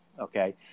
okay